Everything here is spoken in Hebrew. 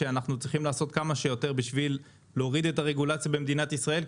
שאנחנו צריכים לעשות כמה שיותר בשביל להוריד את הרגולציה במדינת ישראל.